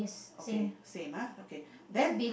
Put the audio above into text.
okay same ah okay then